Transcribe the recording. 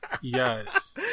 Yes